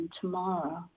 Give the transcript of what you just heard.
tomorrow